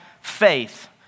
faith